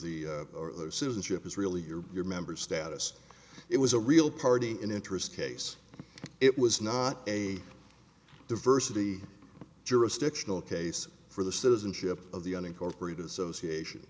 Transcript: the citizenship is really your your member status it was a real party in interest case it was not a diversity jurisdictional case for the citizenship of the unincorporated association